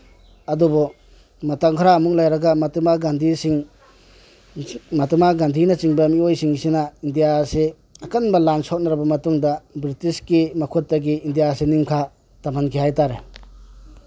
ꯑꯗꯨꯕꯨ ꯃꯇꯝ ꯈꯔ ꯑꯃꯨꯛ ꯂꯩꯔꯒ ꯃꯍꯥꯇꯃ ꯒꯥꯟꯙꯤꯁꯤꯡ ꯃꯍꯥꯇꯃ ꯒꯥꯟꯙꯤꯅꯆꯤꯡꯕ ꯃꯤꯑꯣꯏꯁꯤꯡꯁꯤꯅ ꯏꯟꯗꯤꯌꯥ ꯑꯁꯤ ꯑꯀꯟꯕ ꯂꯥꯟ ꯁꯣꯛꯅꯔꯕ ꯃꯇꯨꯡꯗ ꯕ꯭ꯔꯤꯇꯤꯁꯀꯤ ꯃꯈꯨꯠꯇꯒꯤ ꯏꯟꯗꯤꯌꯥꯁꯤ ꯅꯤꯡꯈꯥ ꯇꯝꯍꯟꯈꯤ ꯍꯥꯏ ꯇꯥꯔꯦ